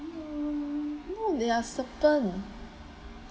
no they are serpent